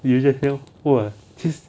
有一些 hell !wah! 去